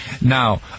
Now